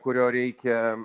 kurio reikia